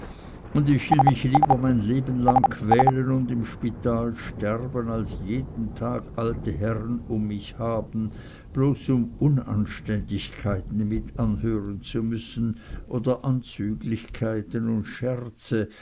und ich will mich lieber mein leben lang quälen und im spital sterben als jeden tag alte herren um mich haben bloß um unanständigkeiten mit anhören zu müssen oder anzüglichkeiten und scherze